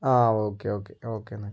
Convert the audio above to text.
ആ okay okay okay എന്നാൽ